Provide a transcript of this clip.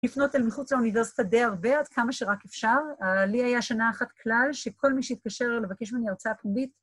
‫לפנות אל מחוץ לאוניברסיטה די הרבה, ‫עד כמה שרק אפשר. ‫לי היה שנה אחת כלל ‫שכל מי שהתקשר לבקש ממני הרצאה פוליטית...